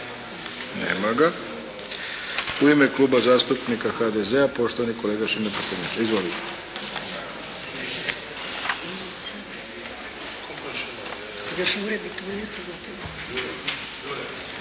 Nema ga. U ime Kluba zastupnika HDZ-a poštovani kolega Šime Prtenjača. Izvolite.